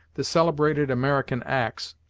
the celebrated american axe,